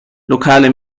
lokale